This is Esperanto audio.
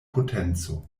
potenco